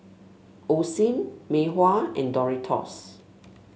Osim Mei Hua and Doritos